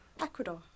Ecuador